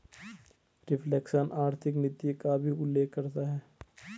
reflation आर्थिक नीति का भी उल्लेख करता है